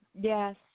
yes